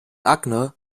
akne